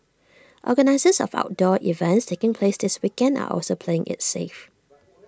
organisers of outdoor events taking place this weekend are also playing IT safe